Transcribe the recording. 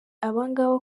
abangaba